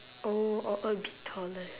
oh or a bit taller